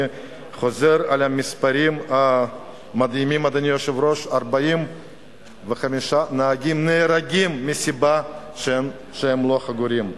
אני חוזר על המספרים המדהימים: 45 נהגים נהרגים מפני שהם לא חגורים.